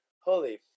holy